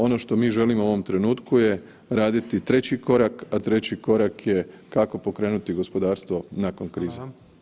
Ono što mi želimo u ovom trenutku je raditi treći korak, a treći korak je kako pokrenuti gospodarstvo nakon krize.